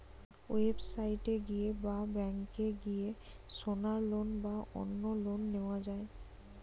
website এ গিয়ে বা ব্যাংকে গিয়ে সোনার লোন বা অন্য লোন নেওয়া যায়